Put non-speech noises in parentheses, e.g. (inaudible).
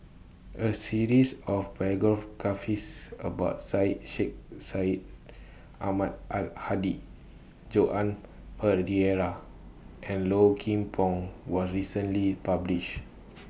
A series of (noise) about Syed Sheikh Syed Ahmad Al Hadi Joan Pereira and Low Kim Pong was recently published